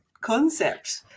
concept